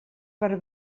per